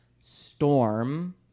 storm